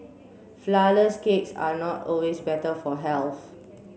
flourless cakes are not always better for health